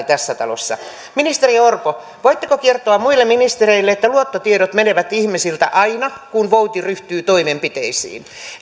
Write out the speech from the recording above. tässä talossa ministeri orpo voitteko kertoa muille ministereille että luottotiedot menevät ihmisiltä aina kun vouti ryhtyy toimenpiteisiin